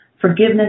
forgiveness